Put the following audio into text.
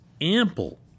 ample